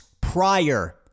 prior